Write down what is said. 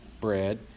bread